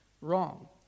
wrong